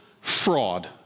fraud